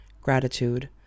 Gratitude